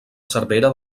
cervera